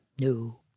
No